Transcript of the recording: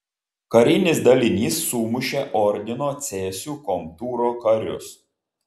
karinis dalinys sumušė ordino cėsių komtūro karius